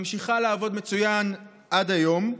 ממשיכה לעבוד מצוין עד היום,